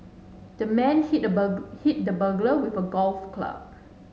the man hit the burg hit the burglar with a golf club